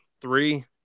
Three